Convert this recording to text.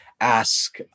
ask